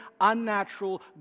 unnatural